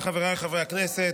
חבריי חברי הכנסת,